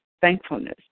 thankfulness